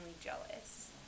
jealous